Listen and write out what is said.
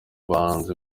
bahanzi